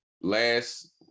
last